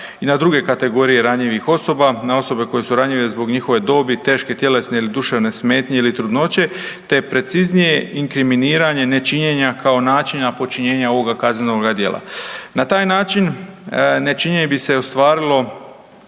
i na druge kategorije ranjivih osoba, na osobe koje su ranjive zbog njihove dobi, teške tjelesne ili duševne smetnje ili trudnoće te preciznije inkriminiranje nečinjenja kao načina počinjenja ovoga kaznenog djela. Na taj način nečinjene bi se ostvarilo